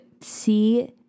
see